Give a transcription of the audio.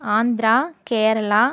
Andhra Kerala